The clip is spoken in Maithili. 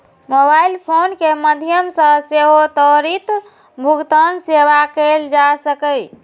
मोबाइल फोन के माध्यम सं सेहो त्वरित भुगतान सेवा कैल जा सकैए